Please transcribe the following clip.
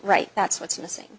right that's what's missing